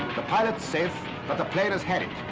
the pilot's safe but the plane is harried.